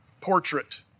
portrait